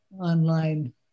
online